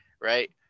right